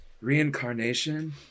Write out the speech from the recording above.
reincarnation